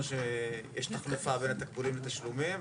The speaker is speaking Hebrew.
שיש תחלופה בין התקבולים לתשלומים,